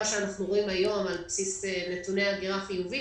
שאנחנו רואים היום על בסיס נתוני הגירה חיובית,